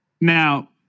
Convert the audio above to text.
Now